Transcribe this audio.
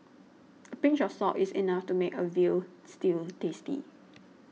a pinch of salt is enough to make a Veal Stew tasty